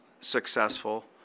successful